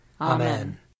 Amen